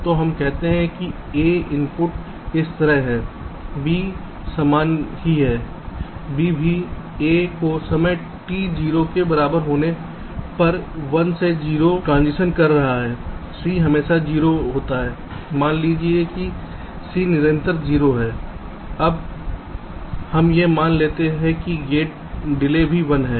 तो हम कहते हैं कि a इनपुट इस तरह है b समान ही है b भी a को समय t 0 के बराबर होने पर पर 1 से 0 ट्रांजिशन कर रहा है c हमेशा 0 होता है मान लीजिए कि c निरंतर 0 है अब हम यह मान लेते हैं कि गेट डिले सभी 1 हैं